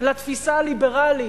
לתפיסה הליברלית,